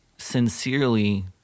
sincerely